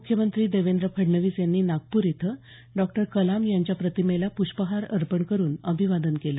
मुख्यमंत्री देवेंद्र फडणवीस यांनी नागपूर इथं डॉ कलाम यांच्या प्रतिमेला पुष्प अर्पण करून अभिवादन केलं